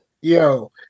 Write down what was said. Yo